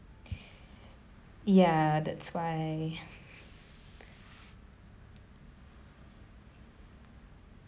ya that's why